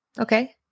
okay